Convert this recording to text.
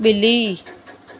बि॒ली